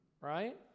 right